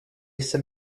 some